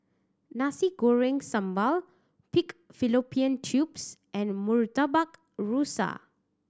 Nasi Goreng Sambal pig fallopian tubes and Murtabak Rusa